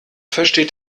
versteht